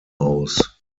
aus